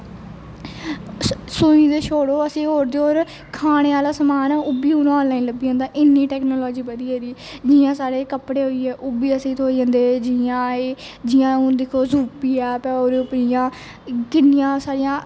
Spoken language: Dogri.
सुई ते छोड़ो असें होर ते होर खाने आहले समान ओह्बी हून आनॅलाइम लब्भी जंदा इम्नी टेक्नोलाॅजी बधी गेदी ऐ जियां साढ़े कपडे़ होई गे ओह्बीअसें गी थ्होई जंदे जियां हून दिक्खो यूपी ऐप ऐ ओहदे उप्पर बी जियां किन्नियां सारियां